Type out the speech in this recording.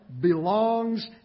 belongs